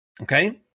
Okay